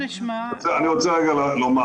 אני רוצה רגע לומר